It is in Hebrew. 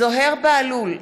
זוהיר בהלול,